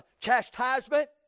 chastisement